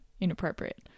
inappropriate